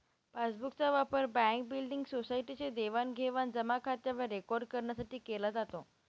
passbook चा वापर bank, building, society चे देवाणघेवाण जमा खात्यावर रेकॉर्ड करण्यासाठी केला जातो